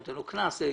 הוא קונס אותו,